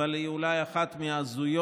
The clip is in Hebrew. אבל היא אולי אחת מההזויות,